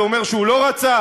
זה אומר שהוא לא רצח?